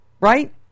Right